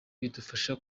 bidufasha